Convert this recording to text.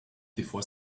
before